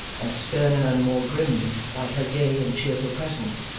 and sterner and more grim by her gay and cheerful presence.